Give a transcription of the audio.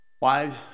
Wives